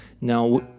Now